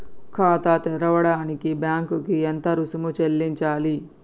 ఖాతా తెరవడానికి బ్యాంక్ కి ఎంత రుసుము చెల్లించాలి?